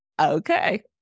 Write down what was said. Okay